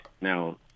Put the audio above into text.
now